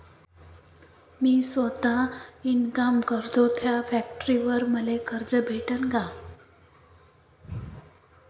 मी सौता इनकाम करतो थ्या फॅक्टरीवर मले कर्ज भेटन का?